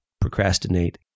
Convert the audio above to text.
procrastinate